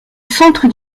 centre